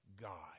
God